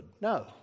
No